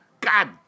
God